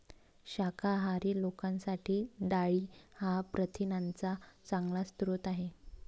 शाकाहारी लोकांसाठी डाळी हा प्रथिनांचा चांगला स्रोत आहे